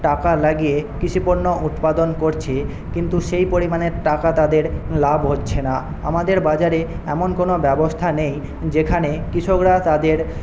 টাকা লাগিয়ে কৃষিপণ্য উৎপাদন করছে কিন্তু সেই পরিমাণে টাকা তাদের লাভ হচ্ছে না আমাদের বাজারে এমন কোনও ব্যবস্থা নেই যেখানে কৃষকরা তাদের